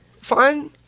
fine